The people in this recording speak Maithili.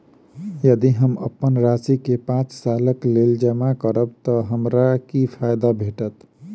यदि हम अप्पन राशि केँ पांच सालक लेल जमा करब तऽ हमरा की फायदा भेटत?